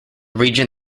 region